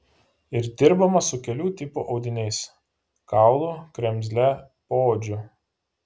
ir dirbama su kelių tipų audiniais kaulu kremzle poodžiu